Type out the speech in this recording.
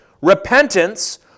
Repentance